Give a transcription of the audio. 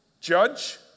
judge